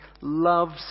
loves